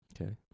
okay